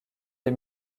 des